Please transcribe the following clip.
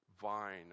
vine